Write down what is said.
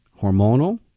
hormonal